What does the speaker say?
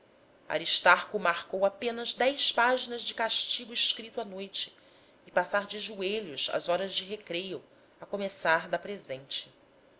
criminoso aristarco marcou apenas dez páginas de castigo escrito à noite e passar de joelhos as horas de recreio a começar da presente